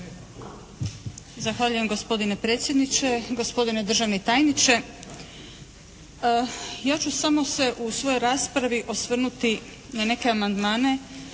Zahvaljujem gospodine predsjedniče, gospodine državni tajniče. Ja ću samo se u svojoj raspravi osvrnuti na neke amandmane